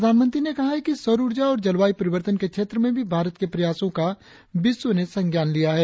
प्रधानमंत्री ने कहा है कि सौर ऊर्जा और जलवायू परिवर्तन के क्षेत्र में भी भारत के प्रयासो का विश्व ने संज्ञान लिया है